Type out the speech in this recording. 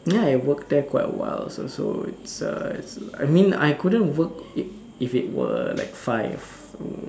you know I work quite awhile so so uh I mean I couldn't work if it were like five